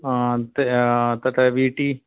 त तत्र वीटि